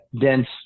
dense